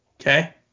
Okay